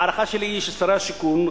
ההערכה שלי היא ששרי השיכון,